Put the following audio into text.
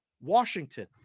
Washington